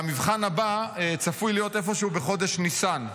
והמבחן הבא צפוי להיות איפשהו בחודש ניסן,